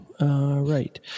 Right